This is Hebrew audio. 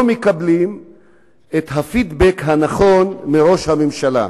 מקבלים את הפידבק הנכון מראש הממשלה.